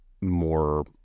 more